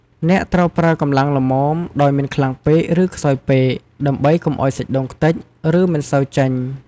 អ្នកត្រូវប្រើកម្លាំងល្មម ដោយមិនខ្លាំងពេក ឬខ្សោយពេក ដើម្បីកុំឱ្យសាច់ដូងខ្ទេច ឬមិនសូវចេញ។